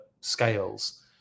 scales